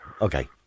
Okay